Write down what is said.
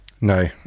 No